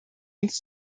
uns